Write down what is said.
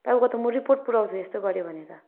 तपाईँको त म रिपोर्ट पुर्याउँछु यस्तो गर्यो भने त